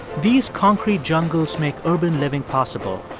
these concrete jungles make urban living possible.